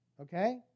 okay